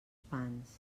pans